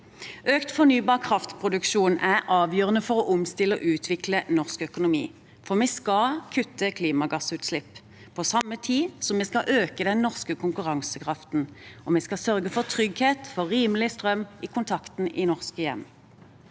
Økt fornybar kraftproduksjon er avgjørende for å omstille og utvikle norsk økonomi, for vi skal kutte klimagassutslipp på samme tid som vi skal øke den norske konkurransekraften, og vi skal sørge for trygghet for rimelig strøm i kontaktene i norske hjem.